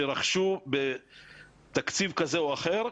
שרכשו בתקציב כזה או אחר,